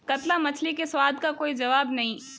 कतला मछली के स्वाद का कोई जवाब नहीं